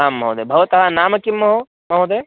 आम् महोदय भवतः नाम किं महोदय महोदय